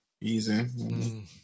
Easy